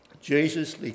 Jesus